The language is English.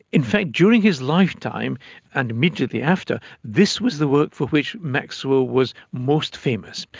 in fact during his lifetime and immediately after, this was the work for which maxwell was most famous.